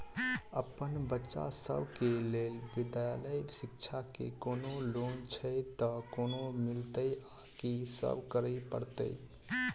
अप्पन बच्चा सब केँ लैल विधालय शिक्षा केँ कोनों लोन छैय तऽ कोना मिलतय आ की सब करै पड़तय